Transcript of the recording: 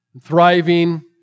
thriving